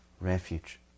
refuge